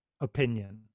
opinion